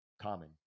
common